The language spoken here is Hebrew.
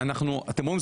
אתם רואים,